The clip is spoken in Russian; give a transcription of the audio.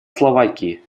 словакии